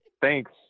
Thanks